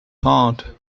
heart